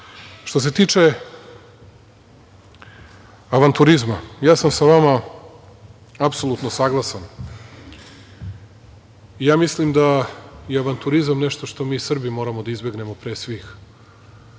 se tiče avanturizma, ja sam sa vama apsolutno saglasan. Mislim da je avanturizam nešto što mi Srbi moramo da izbegnemo pre svih